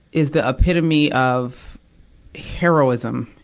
is the epitome of heroism.